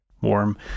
warm